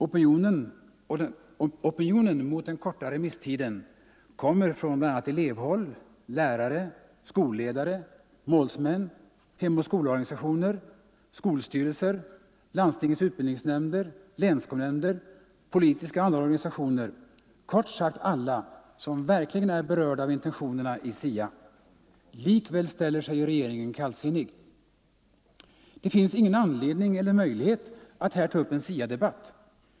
Opinionen mot den korta remisstiden kommer från bl.a. elevhåll, lärare, skolledare, målsmän, hemoch skola-organisationer, skolstyrelser, landstingens utbildningsnämnder, länsskolnämnder, politiska och andra organisationer — kort sagt alla som verkligen är berörda av intentionerna i SIA. Likväl ställer sig regeringen kallsinnig. Det finns ingen anledning eller möjlighet att här ta upp en STA-debatt.